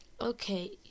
okay